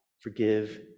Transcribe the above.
forgive